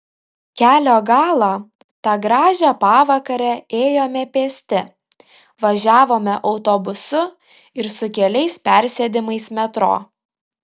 kelio galą tą gražią pavakarę ėjome pėsti važiavome autobusu ir su keliais persėdimais metro